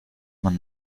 man